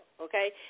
Okay